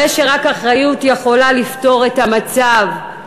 הרי שרק אחריות יכולה לפתור את המצב,